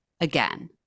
again